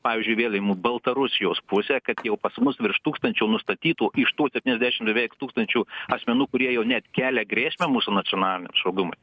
pavyzdžiui vėl imu baltarusijos pusę kad jau pas mus virš tūkstančio nustatytų iš tų septyniasdešim beveik tūkstančių asmenų kurie jau net kelia grėsmę mūsų nacionaliniam saugumui